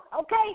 okay